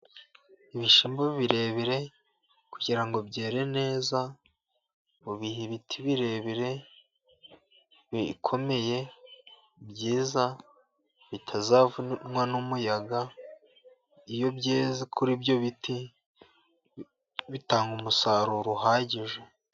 Ibishyimbo birebire, kugira ngo byere neza mubiha ibiti birebire bikomeye byiza, bitazavunwa n'umuyaga, iyo byeze kuri ibyo biti bitanga umusaruro uhagije.